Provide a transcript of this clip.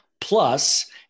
plus